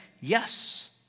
yes